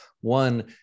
One